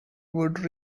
would